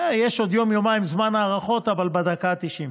יש עוד יום-יומיים זמן להארכות, אבל בדקה ה-90.